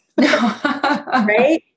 Right